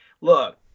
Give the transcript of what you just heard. look